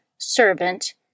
servant